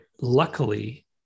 luckily